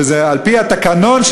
וזה על-פי התקנון,